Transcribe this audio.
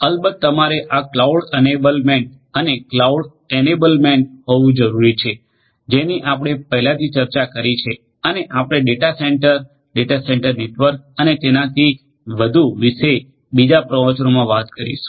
અલબત્ત તમારે આ ક્લાઉડ એનેબલમેન્ટ અને ક્લાઉડ એનેબલમેન્ટ હોવી જરૂરી છે જેની આપણે પહેલાથી ચર્ચા કરી છે અને આપણે data center data center network અને તેનાથી વધુ વિષે બીજા પ્રવચનોમાં વાત કરીશું